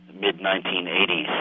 mid-1980s